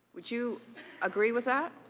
would you agree with that?